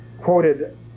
quoted